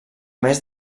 més